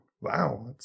wow